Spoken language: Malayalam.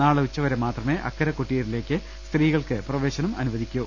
നാളെ ഉച്ചവരെ മാത്രമേ അക്കരെ കൊട്ടിയൂരിലേക്ക് സ്ത്രീകൾക്ക് പ്രവേശനം അനുവദിക്കൂ